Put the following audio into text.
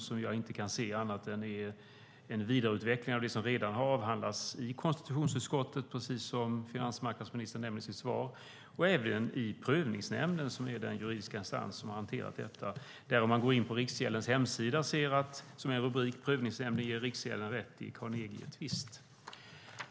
Jag kan inte se att den är annat än en vidareutveckling av det som redan har avhandlats i konstitutionsutskottet, precis som finansmarknadsministern nämner i sitt svar, och även i Prövningsnämnden, som är den juridiska instans som har hanterat detta. Om man går in på Riksgäldens hemsida kan man hitta rubriken "Prövningsnämnden ger Riksgälden rätt i Carnegietvist".